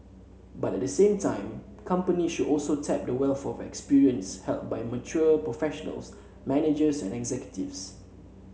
but the same time companies should also tap the wealth of experience held by mature professionals managers and executives